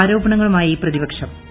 ആരോപണങ്ങളുമായി പ്രതിപക്ഷ്ടു